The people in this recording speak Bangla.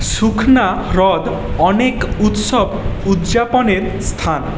সুখনা হ্রদ অনেক উৎসব উদযাপনের স্থান